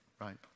right